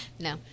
No